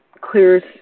clears